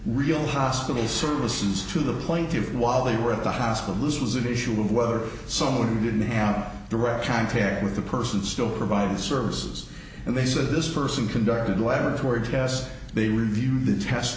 real hospital services to the plaintiffs while they were at the hospital this was an issue of whether someone who didn't am direct contact with the person still providing the services and they said this person conducted laboratory tests they review the test